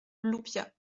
llupia